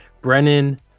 Brennan